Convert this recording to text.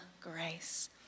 grace